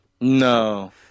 No